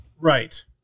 right